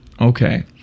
Okay